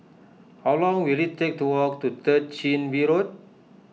how long will it take to walk to Third Chin Bee Road